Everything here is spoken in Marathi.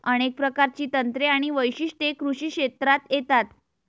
अनेक प्रकारची तंत्रे आणि वैशिष्ट्ये कृषी क्षेत्रात येतात